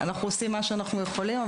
אנחנו עושים מה שאנחנו יכולים,